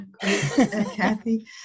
Kathy